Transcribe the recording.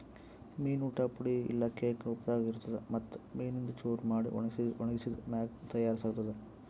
ಮೀನು ಊಟ್ ಪುಡಿ ಇಲ್ಲಾ ಕೇಕ್ ರೂಪದಾಗ್ ಇರ್ತುದ್ ಮತ್ತ್ ಮೀನಿಂದು ಚೂರ ಮಾಡಿ ಒಣಗಿಸಿದ್ ಮ್ಯಾಗ ತೈಯಾರ್ ಆತ್ತುದ್